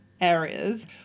areas